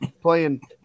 playing